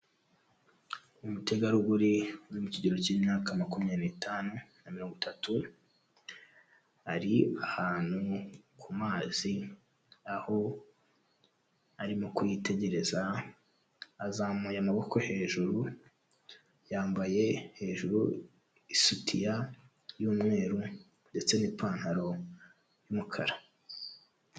Umutegarugori uri mu kigero cy'imyaka makumyabiri n'itanu na mirongo itatu, ari ahantu ku mazi aho arimo kuyitegereza azamuye amaboko hejuru, yambaye hejuru isutiya y'umweru ndetse n'ipantaro y'umukara.